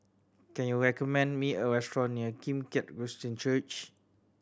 can you recommend me a restaurant near Kim Keat Christian Church